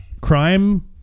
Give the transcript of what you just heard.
Crime